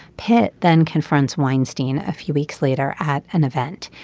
pitt then confronts weinstein a few weeks later at an event.